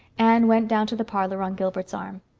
anne went down to the parlor on gilbert's arm.